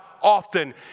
often